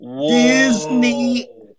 disney